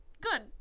good